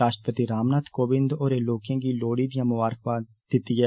राश्ट्रपति रामनाथ कोविन्द होर लोकें गी लौहड़ी दियां मुबारखां दितियां न